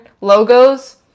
logos